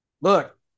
Look